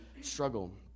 struggle